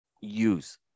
use